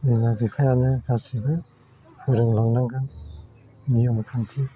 बिमा बिफायानो गासिबो फोरों लांनांगोन नियम खान्थि